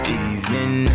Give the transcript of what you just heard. evening